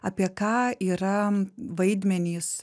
apie ką yra vaidmenys